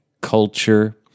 culture